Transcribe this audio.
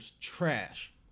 trash